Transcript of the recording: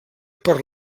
per